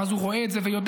ואז הוא רואה את זה ויודע,